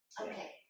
Okay